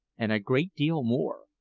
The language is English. and a great deal more,